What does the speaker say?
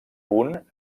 punt